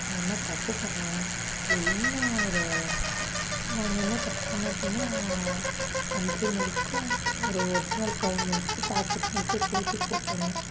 நான் என்ன தப்பு பண்ணேன் இல்லை என்ன ஒரு நான் அங்கே என்ன தப்பு பண்ணேன் அப்படின்னா கண்ட்ரி மில்க்கும் ஒரு ஒரிஜினல் கவ் மில்க்கும் பாக்கெட் மில்க்கும் சேர்த்தி போட்டேனே